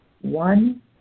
one